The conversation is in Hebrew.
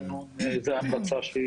ואין דיון לגבי רמת הסיכון של הקבוצה הזאת.